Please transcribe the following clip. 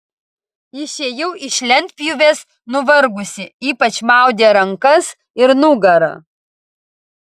išėjau iš lentpjūvės nuvargusi ypač maudė rankas ir nugarą